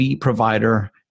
provider